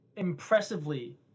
impressively